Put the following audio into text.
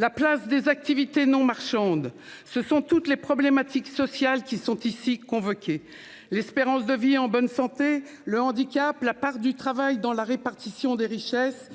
la place des activités non marchandes. Ce sont toutes les problématiques sociales qui sont ici convoqués l'espérance de vie en bonne santé, le handicap, la part du travail dans la répartition des richesses.